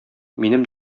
минем